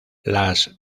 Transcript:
las